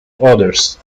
others